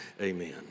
Amen